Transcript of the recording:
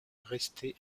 resté